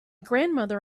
grandmother